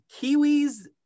Kiwis